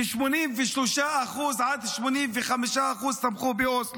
ש-83% 85% תמכו באוסלו,